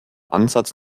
ansatz